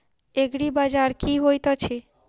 एग्रीबाजार की होइत अछि?